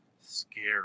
scary